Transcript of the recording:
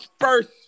first